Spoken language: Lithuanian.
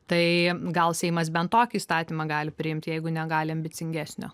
tai gal seimas bent tokį įstatymą gali priimti jeigu negali ambicingesnio